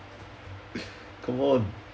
come on